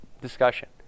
discussion